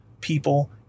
people